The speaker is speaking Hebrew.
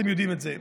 אתם יודעים את זה.